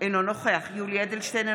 אינו נוכח יולי יואל אדלשטיין,